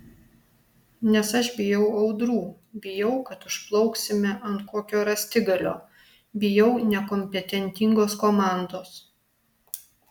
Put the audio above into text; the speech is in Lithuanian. nes aš bijau audrų bijau kad užplauksime ant kokio rąstigalio bijau nekompetentingos komandos